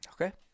Okay